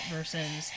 Versus